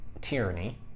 tyranny